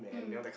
mm